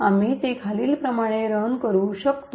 आम्ही ते खालीलप्रमाणे रन करू शकतो